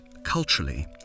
culturally